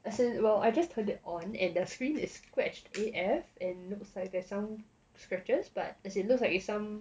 as in well I just turned it on and the screen is scratched A_F and looks like that some scratches but as in it looks like is some